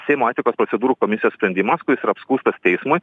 seimo etikos procedūrų komisijos sprendimas kuris yra apskųstas teismui